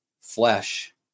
flesh